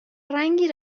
رنگی